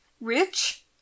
rich